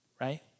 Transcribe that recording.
right